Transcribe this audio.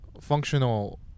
functional